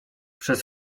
przez